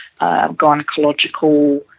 gynecological